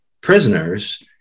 prisoners